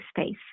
space